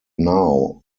now